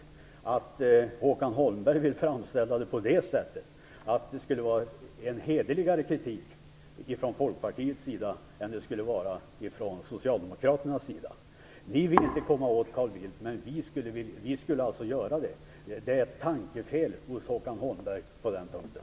Jag tycker att det är litet konstigt att Håkan Holmberg vill framställa det på det sättet att det skulle vara en hederligare kritik från Folkpartiets sida är från Socialdemokraternas sida. Ni vill inte komma åt Carl Bildt, men vi skulle alltså vilja göra det. Det är ett tankefel hos Håkan Holmberg på den punkten.